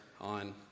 on